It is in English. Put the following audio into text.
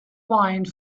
wine